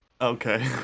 Okay